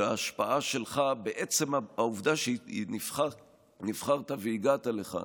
ואני חושב שההשפעה שלך בעצם העובדה שנבחרת והגעת לכאן,